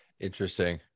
Interesting